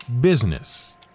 business